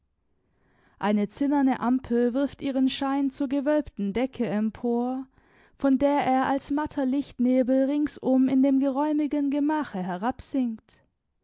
eine zinnerne ampel wirft ihren schein zur gewölbten decke empor von der er als matter lichtnebel ringsum in dem geräumigen gemache